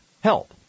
Help